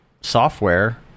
software